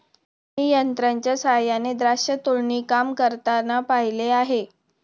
मी यंत्रांच्या सहाय्याने द्राक्ष तोडणी काम करताना पाहिले आहे